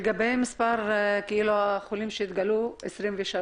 לגבי מספר החולים שהתגלו 23,